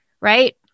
right